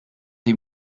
des